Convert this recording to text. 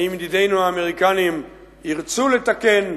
האם ידידינו האמריקנים ירצו לתקן,